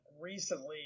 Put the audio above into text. recently